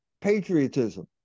patriotism